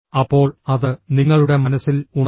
അപ്പോൾ അത് നിങ്ങളുടെ മനസ്സിൽ ഉണർന്നു